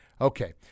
Okay